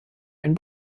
ein